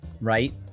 Right